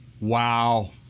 Wow